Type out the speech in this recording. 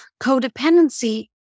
Codependency